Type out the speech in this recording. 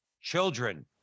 Children